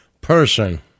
person